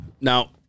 Now